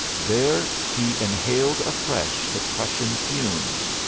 there he inhaled afresh the prussian fumes.